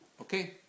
Okay